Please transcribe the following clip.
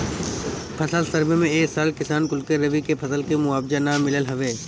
फसल सर्वे में ए साल किसान कुल के रबी के फसल के मुआवजा ना मिलल हवे